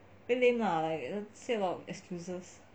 very lame lah like say a lot of excuses